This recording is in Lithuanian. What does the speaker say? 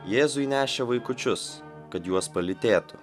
jėzui nešė vaikučius kad juos palytėtų